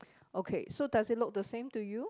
okay so does it look the same to you